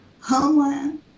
homeland